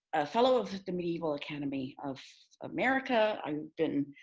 fellow of the medieval academy of america. i've been